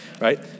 right